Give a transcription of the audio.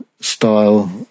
style